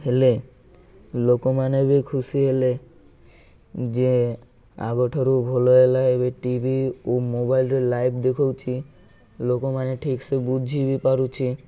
ହେଲେ ଲୋକମାନେ ବି ଖୁସି ହେଲେ ଯେ ଆଗ ଠାରୁ ଭଲ ହେଲା ଏବେ ଟି ଭି ଓ ମୋବାଇଲରେ ଲାଇଭ୍ ଦେଖାଉଛି ଲୋକମାନେ ଠିକ୍ ସେ ବୁଝି ବି ପାରୁଛି